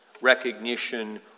recognition